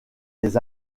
les